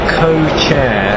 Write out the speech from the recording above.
co-chair